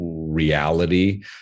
reality